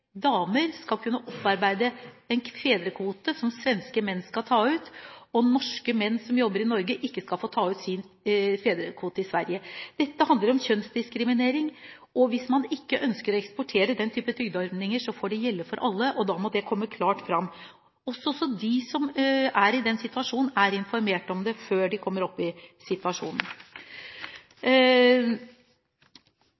damer skal kunne opparbeide seg den fedrekvoten som svenske menn skal ta ut, og norske menn som jobber i Norge, ikke skal få ta ut sin fedrekvote i Sverige. Dette handler om kjønnsdiskriminering. Hvis man ikke ønsker å eksportere den type trygdeordninger, får det gjelde for alle, og da må det komme klart fram, også sånn at de som er i situasjonen, er informert om det før de kommer opp i